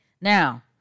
Now